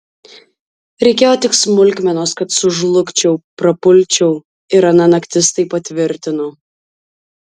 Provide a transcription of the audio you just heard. reikėjo tik smulkmenos kad sužlugčiau prapulčiau ir ana naktis tai patvirtino